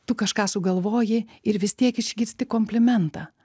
tu kažką sugalvoji ir vis tiek išgirsti komplimentą